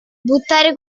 buttare